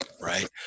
Right